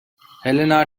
helena